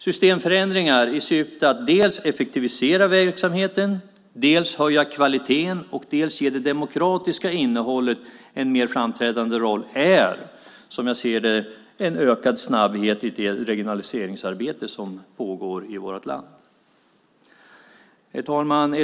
Systemförändringar i syfte att dels effektivisera verksamheten, dels höja kvaliteten och dels ge det demokratiska innehållet en mer framträdande roll ger, som jag ser det, en ökad snabbhet i det regionaliseringsarbete som pågår i vårt land. Herr talman!